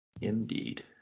Indeed